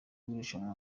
w’irushanwa